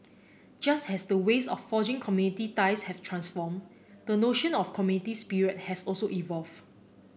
just as the ways of forging community ties have transformed the notion of community spirit has also evolved